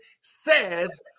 says